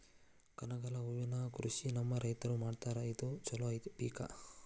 ಕನಗಲ ಹೂವಿನ ಕೃಷಿ ನಮ್ಮ ರೈತರು ಮಾಡತಾರ ಇದು ಚಲೋ ಪಿಕ